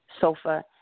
sofa